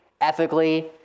ethically